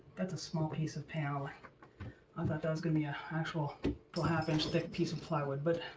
that's a small piece of paneling. i thought that was gonna be an actual half inch thick piece of plywood but.